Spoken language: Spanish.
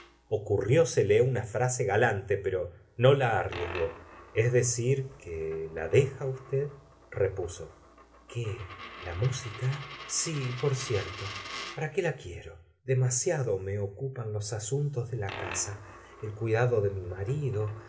el extremo ocurriósele una frase galante pero no la arriesgó es decir que la deja usted repuso qué la música si por cierto para qué la quiero demasiado me ocupan los asuntos de la casa el cuidado de mi marido